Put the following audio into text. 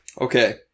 okay